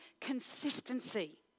consistency